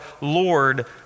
Lord